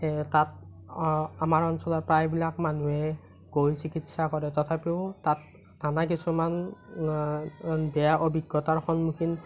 তাত আমাৰ অঞ্চলৰ প্ৰায়বিলাক মানুহে গৈ চিকিৎসা কৰে তথাপিও তাত আমাৰ কিছুমান বেয়া অভিজ্ঞতাৰ সন্মুখীন